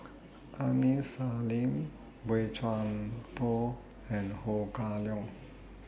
Aini Salim Boey Chuan Poh and Ho Kah Leong